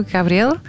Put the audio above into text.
Gabriel